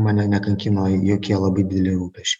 mane nekankino jokie labai dideli rūpesčiai